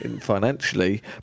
financially